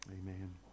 Amen